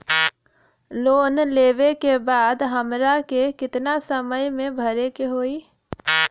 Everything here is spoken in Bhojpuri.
लोन लेवे के बाद हमरा के कितना समय मे भरे के होई?